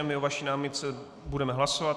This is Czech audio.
My o vaší námitce budeme hlasovat.